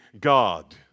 God